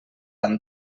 amb